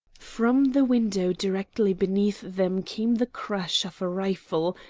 from the window directly beneath them came the crash of a rifle,